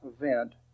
event